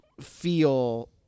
feel